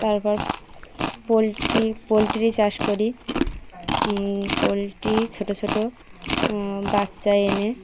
তারপর poultry poultry চাষ করি পোলট্রি ছোট ছোট বাচ্চা এনে